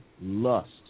lust